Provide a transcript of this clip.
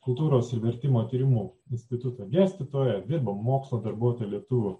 kultūros ir vertimo tyrimų instituto dėstytoja dirba mokslo darbuotoja lietuvių